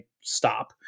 stop